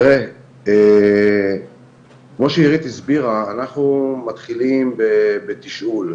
כמו שעירית הסבירה, אנחנו מתחילים בתשאול,